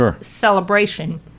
celebration